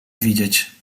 widzieć